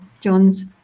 John's